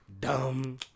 dumb